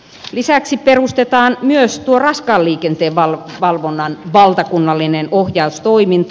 lisäksi perustetaan myös tuo raskaan liikenteen valvonnan valtakunnallinen ohjaustoiminto